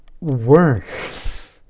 worse